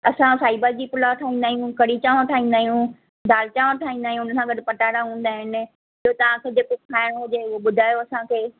असां फाइबर जी कुलाह ठाहींदा आहियूं कढ़ी चांवर ठाहींदा आहियूं दाल चांवर ठाहींदा आहियूं हुनसां गॾु पटाटा हूंदा आहिनि पोइ तव्हां खे जेको खाइणो हुजे ॿुधायो असांखे